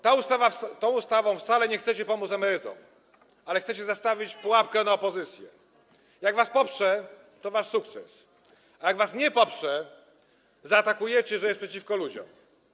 Tą ustawą wcale nie chcecie pomóc emerytom, tylko chcecie zastawić pułapkę na opozycję - jak was poprze, to wasz sukces, a jak was nie poprze, to zaatakujecie, że jest przeciwko ludziom.